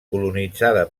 colonitzada